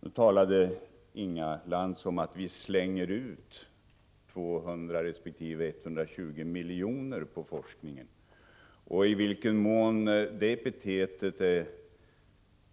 Nu talade Inga Lantz om att vi ”slänger ut” 200 resp. 120 milj.kr. på forskning. I vilken mån det epitetet